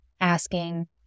asking